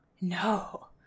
No